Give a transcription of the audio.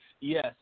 yes